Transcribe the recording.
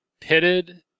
pitted